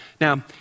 Now